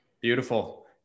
Beautiful